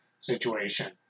situation